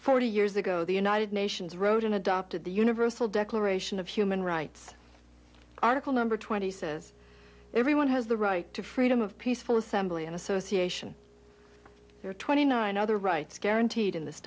forty years ago the united nations wrote in adopted the universal declaration of human rights article number twenty says everyone has the right to freedom of peaceful assembly and association there are twenty nine other rights guaranteed in this